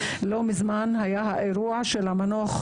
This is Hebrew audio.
לא מזמן היה אירוע של המנוח,